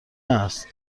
است